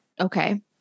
Okay